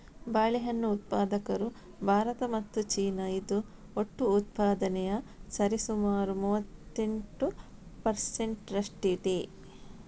ಬಾಳೆಹಣ್ಣು ಉತ್ಪಾದಕರು ಭಾರತ ಮತ್ತು ಚೀನಾ, ಇದು ಒಟ್ಟು ಉತ್ಪಾದನೆಯ ಸರಿಸುಮಾರು ಮೂವತ್ತೆಂಟು ಪರ್ ಸೆಂಟ್ ರಷ್ಟಿದೆ